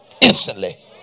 instantly